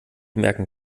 merken